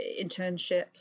internships